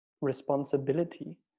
responsibility